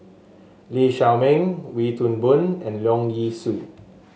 Lee Shao Meng Wee Toon Boon and Leong Yee Soo